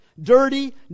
dirty